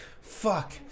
fuck